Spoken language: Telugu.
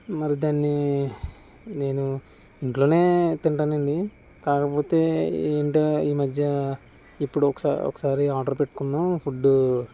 మరి దాన్ని నేను ఇంట్లోనే తింటానండీ కాకపోతే ఏంటో ఈ మధ్య ఇప్పుడు ఒకసా ఒకసారి ఆర్డర్ పెట్టుకుందాం ఫుడ్